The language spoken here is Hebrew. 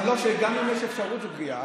גם אם יש אפשרות זו פגיעה.